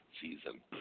season